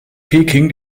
peking